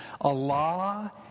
Allah